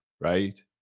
right